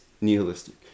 nihilistic